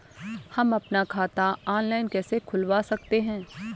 हम अपना खाता ऑनलाइन कैसे खुलवा सकते हैं?